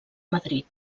madrid